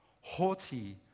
haughty